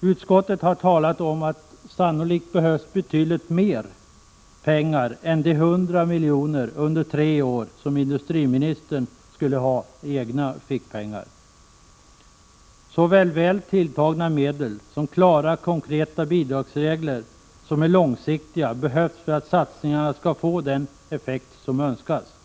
Utskottet har talat om att det sannolikt behövs betydligt mer pengar än de 100 miljoner under tre år som industriministern skulle ha i egna fickpengar. Såväl väl tilltagna medel som klara konkreta bidragsregler, som är långsikti ga, behövs för att satsningarna skall få den effekt som önskas. Prot.